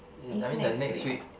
I mean the next week